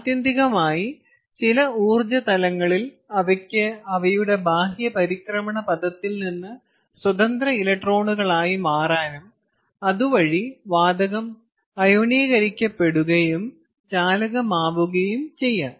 ആത്യന്തികമായി ചില ഊർജ്ജ തലങ്ങളിൽ അവയ്ക്ക് അവയുടെ ബാഹ്യ പരിക്രമണപഥത്തിൽ നിന്ന് സ്വതന്ത്ര ഇലക്ട്രോണുകളായി മാറാനും അതുവഴി വാതകം അയോണീകരിക്കപ്പെടുകയും ചാലകമാവുകയും ചെയ്യാം